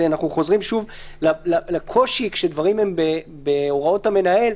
אנחנו חוזרים שוב לקושי כשדברים הם בהוראות המנהל,